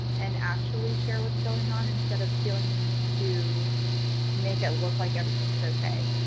and actually share what's going on instead of feeling the need to make it look like everything is okay.